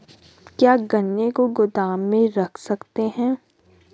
क्या गन्ने को गोदाम में रख सकते हैं?